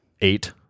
eight